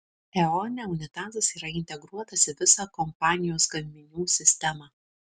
eone unitazas yra integruotas į visą kompanijos gaminių sistemą